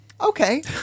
okay